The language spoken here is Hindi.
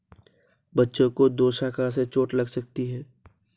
बच्चों को दोशाखा से चोट लग सकती है